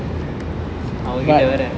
அவன் கிட்ட வேர:aven itta vere